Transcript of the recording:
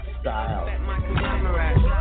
style